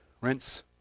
rinse